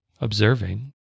observing